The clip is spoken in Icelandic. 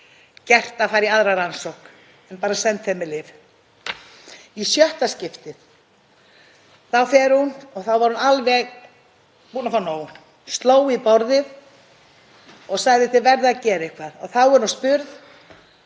gert að fara í aðra rannsókn, bara send heim með lyf. Í sjötta skiptið fer hún og þá var hún alveg búin að fá nóg, sló í borðið og sagði: Þið verðið að gera eitthvað. Þá er hún spurð: